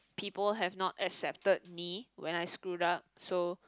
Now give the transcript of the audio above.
people have not accepted me when I screwed up so